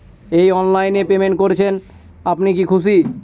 এই অনলাইন এ পেমেন্ট করছেন আপনি কি খুশি?